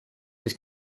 his